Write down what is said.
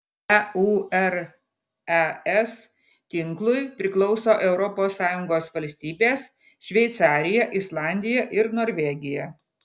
eures tinklui priklauso europos sąjungos valstybės šveicarija islandija ir norvegija